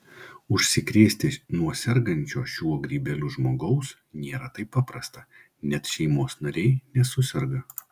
užsikrėsti nuo sergančio šiuo grybeliu žmogaus nėra taip paprasta net šeimos nariai nesuserga